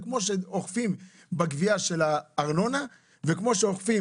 וכמו שאוכפים בגבייה של הארנונה וכמו שאוכפים